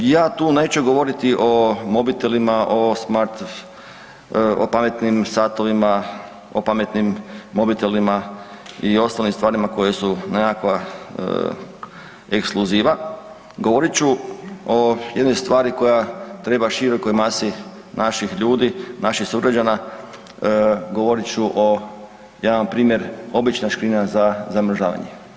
Ja tu neću govoriti o mobitelima, o smart, o pametnim satovima, o pametnim mobitelima i ostalim stvarima koje su nekakva ekskluziva, govorit ću o jednoj stvari koja treba širokoj masi naših ljudi, naših sugrađana, govorit ću o, jedan primjer obična škrinja za zamrzavanje.